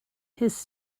his